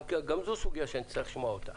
גם זו סוגייה שנצטרך לשמוע אותה.